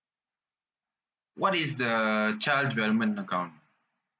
what is the child development account